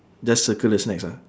just circle the snacks ah